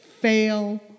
fail